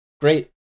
Great